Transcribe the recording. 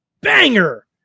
banger